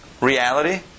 reality